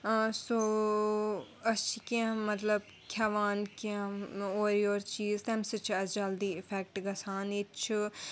سوٗ أسۍ چھِ کیٚنٛہہ مطلب کھٮ۪وان کیٚنٛہہ اورٕ یور چیٖز تمہِ سۭتۍ چھِ اَسہِ جلدی اِفٮ۪کٹ گژھان ییٚتہِ چھُ